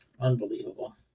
unbelievable